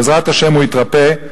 בעזרת השם הוא יתרפא,